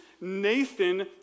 Nathan